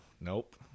Nope